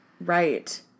right